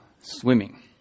swimming